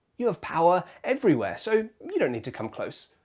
you have power everywhere so you don't need to come close,